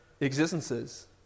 existences